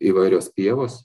įvairios pievos